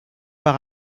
par